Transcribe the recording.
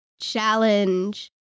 Challenge